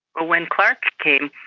when clark came,